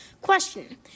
Question